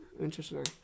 Interesting